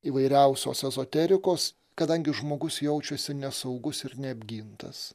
įvairiausios ezoterikos kadangi žmogus jaučiasi nesaugus ir neapgintas